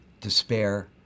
despair